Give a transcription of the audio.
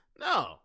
No